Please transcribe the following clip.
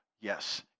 Yes